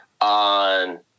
on